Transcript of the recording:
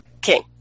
King